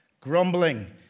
grumbling